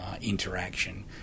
interaction